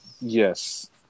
Yes